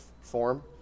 form